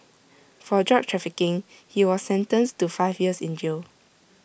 for drug trafficking he was sentenced to five years in jail